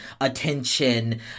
attention